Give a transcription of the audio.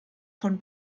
von